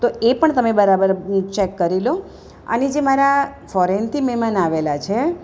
તો એ પણ તમે બરાબર ચેક કરી લો અને જે મારા ફોરેનથી મજેમાન આવેલા છે